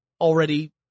already